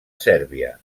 sèrbia